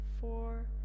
four